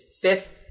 fifth